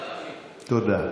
זה בסדר.